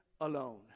alone